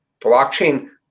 blockchain